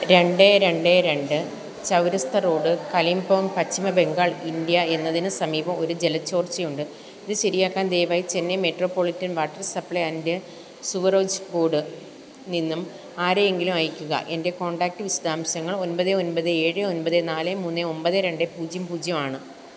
രണ്ട് രണ്ട് രണ്ട് ചൗരസ്ത റോഡ് കലിംപോങ് പശ്ചിമ ബംഗാൾ ഇന്ത്യ എന്നതിന് സമീപം ഒരു ജല ചോർച്ചയുണ്ട് ഇത് ശരിയാക്കാൻ ദയവായി Chennai metropolitan water supply and sewerage board നിന്നും ആരെയെങ്കിലും അയയ്ക്കുക എൻ്റെ കോൺടാക്റ്റ് വിശദാംശങ്ങൾ ഒൻപത് ഒൻപത് ഏഴ് ഒൻപത് നാല് മൂന്ന് ഒൻപത് രണ്ട് പൂജ്യം പൂജ്യവാണ്